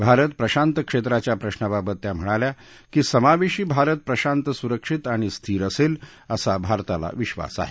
भारत प्रशांत क्षेत्राच्या प्रश्नाबाबत त्या म्हणाल्या की समावेशी भारत प्रशांत सुरक्षित आणि स्थिर असेल असा भारताला विधास आहे